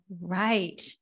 Right